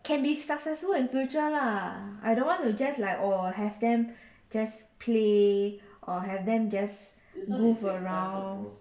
can be successful in future lah I don't want to like have them just play or have them just goof around